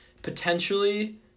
potentially